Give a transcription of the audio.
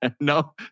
No